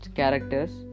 characters